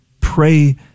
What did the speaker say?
Pray